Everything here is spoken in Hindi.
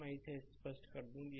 इसलिए मैं इसे स्पष्ट कर दूं